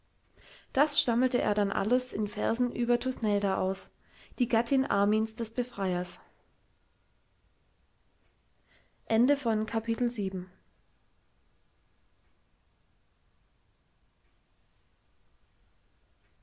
das stammelte er dann alles in versen über thusnelda aus die gattin armins des befreiers